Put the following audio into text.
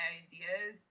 ideas